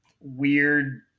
weird